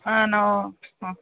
ಹಾಂ ನಾವು ಹ್ಞೂ